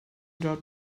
dort